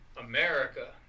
America